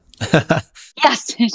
Yes